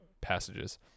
passages